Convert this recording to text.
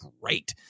great